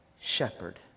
shepherd